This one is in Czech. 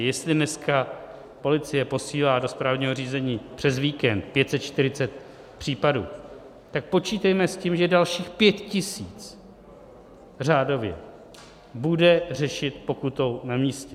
Jestli dneska policie posílá do správního řízení přes víkend 540 případů, tak počítejme s tím, že dalších řádově 5 tisíc bude řešit pokutou na místě.